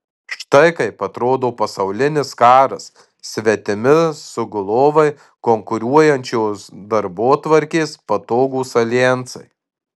štai kaip atrodo pasaulinis karas svetimi sugulovai konkuruojančios darbotvarkės patogūs aljansai